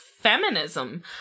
feminism